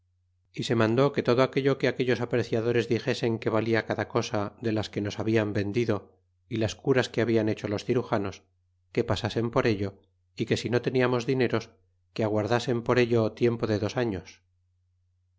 y se mandó que todo aquello que aquellos apreciadores dixesen que valla cada cosa de las que nos hablan vendido y las curas que hablan hecho los cirujanos que pasasen por ello e que si no teníamos dineros que aguardasen por ello tiempo de dos años